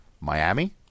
Miami